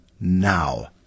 now